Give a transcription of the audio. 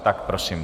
Tak, prosím.